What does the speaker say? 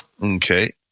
Okay